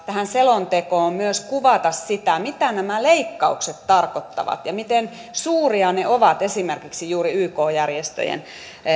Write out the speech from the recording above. tähän selontekoon myös kuvata sitä mitä nämä leikkaukset tarkoittavat ja miten suuria ne ovat esimerkiksi juuri yk järjestöjen